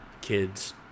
kids